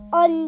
on